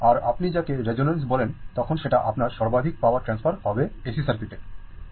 আর আপনি যাকে রেজোন্যান্স বলেন তখন সেটা আপনার সর্বাধিক পাওয়ার ট্রান্সফার হবে AC সার্কিটে